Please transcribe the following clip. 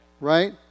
Right